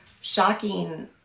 shocking